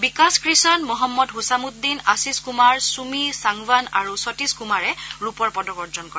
বিকাশ কৃষণ মহম্মদ ছচামুদ্দিন আশিস কুমাৰ চুমী চাংৱান আৰু সতীশ কুমাৰে ৰূপৰ পদক অৰ্জন কৰে